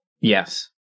Yes